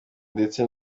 ndetse